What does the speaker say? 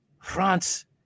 France